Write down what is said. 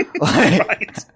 Right